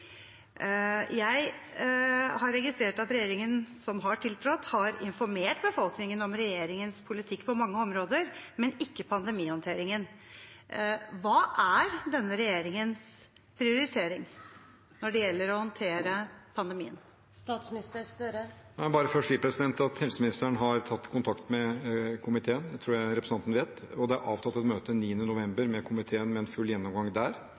Jeg har registrert at regjeringen som har tiltrådt, har informert befolkningen om regjeringens politikk på mange områder, men ikke pandemihåndteringen. Hva er denne regjeringens prioritering når det gjelder å håndtere pandemien? La meg bare først si at helseministeren har tatt kontakt med komiteen, det tror jeg representanten vet, og det er avtalt et møte 9. november med komiteen om en full gjennomgang der.